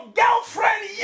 girlfriend